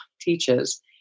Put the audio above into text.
teaches